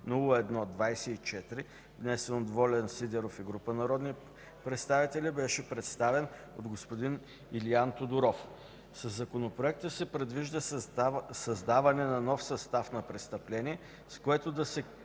от Волен Николов Сидеров и група народни представители, беше представен от господин Илиан Тодоров. Със Законопроекта се предвижда създаване на нов състав на престъпление, с който да се